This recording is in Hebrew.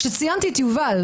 כשציינתי את יובל,